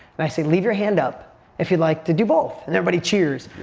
and i say, leave your hand up if you'd like to do both. and everybody cheers.